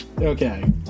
okay